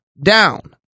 down